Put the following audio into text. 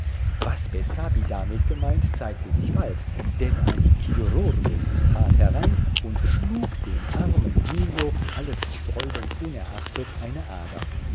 was bescapi damit gemeint zeigte sich bald denn ein chirurgus trat herein und schlug dem armen giglio alles sträubens unerachtet eine ader